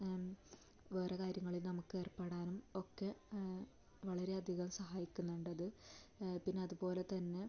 വേറെ കാര്യങ്ങളിൽ നമുക്ക് ഏർപ്പെടാനും ഒക്കെ വളരെ അധികം സഹായിക്കുന്നുണ്ടത് പിന്നതുപോലെ തന്നെ